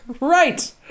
Right